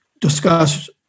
discuss